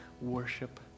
worship